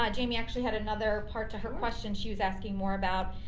ah jamie actually had another part to her question. she was asking more about,